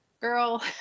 girl